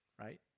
right